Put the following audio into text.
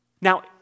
Now